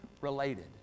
related